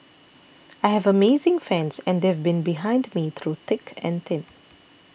I have amazing fans and they've been behind me through thick and thin